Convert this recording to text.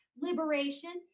liberation